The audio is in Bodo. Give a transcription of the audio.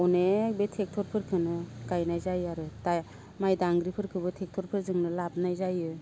अनेख बे ट्रेक्टरफोरखोनो गायनाय जायो आरो दा माइ दांग्रिफोरखोबो ट्रेक्टरफोरजोंनो लाबोनाय जायो